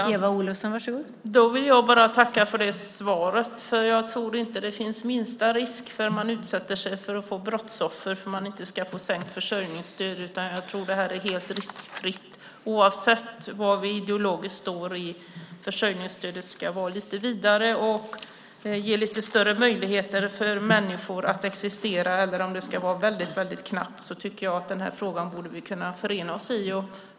Fru talman! Då vill jag bara tacka för det svaret. Jag tror inte det finns minsta risk för att man utsätter sig för att bli brottsoffer för att försörjningsstödet inte ska sänkas, utan jag tror att det är helt riskfritt oavsett var vi ideologiskt står - om försörjningsstödet ska vara lite vidare och om vi vill ge lite större möjligheter för människor att existera eller om det ska vara väldigt knappt. Jag tycker att vi i den här frågan borde kunna förena oss.